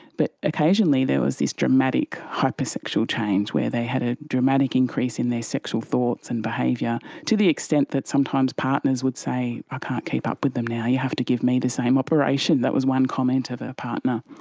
but occasionally there was this dramatic hypersexual change where they had a dramatic increase in their sexual thoughts and behaviour, to the extent that sometimes partners would say, i ah can't keep up with them now, you have to give me the same operation. that was one comment of ah a partner.